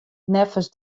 neffens